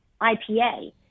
IPA